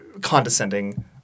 condescending